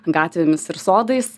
gatvėmis ir sodais